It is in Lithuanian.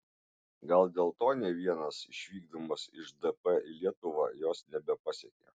gal dėl to ne vienas išvykdamas iš dp į lietuvą jos nebepasiekė